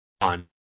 on